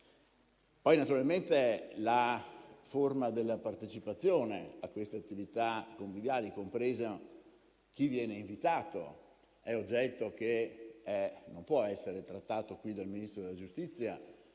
Poi, naturalmente, la forma della partecipazione ad attività conviviali, compreso chi viene invitato, è oggetto che non può essere trattato qui dal Ministro della giustizia,